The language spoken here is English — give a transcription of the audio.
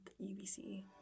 ubc